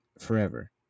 Forever